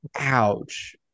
ouch